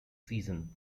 season